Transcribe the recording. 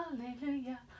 Hallelujah